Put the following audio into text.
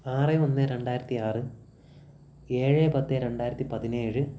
ആറ് ഒന്ന് രണ്ടായിരത്തി ആറ് ഏഴ് പത്ത് രണ്ടായിരത്തി പതിനേഴ്